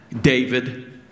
David